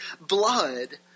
blood